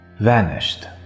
vanished